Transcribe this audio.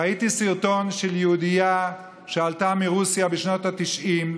ראיתי סרטון של יהודייה שעלתה מרוסיה בשנות התשעים,